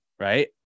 right